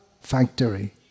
factory